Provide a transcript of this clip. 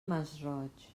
masroig